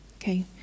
okay